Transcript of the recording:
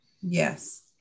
Yes